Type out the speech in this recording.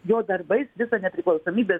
jo darbais visą nepriklausomybę